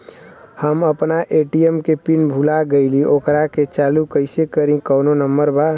हम अपना ए.टी.एम के पिन भूला गईली ओकरा के चालू कइसे करी कौनो नंबर बा?